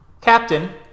Captain